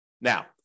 Now